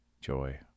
joy